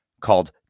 called